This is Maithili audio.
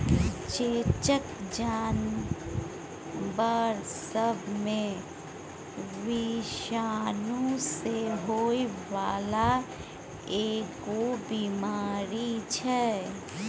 चेचक जानबर सब मे विषाणु सँ होइ बाला एगो बीमारी छै